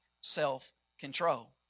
self-control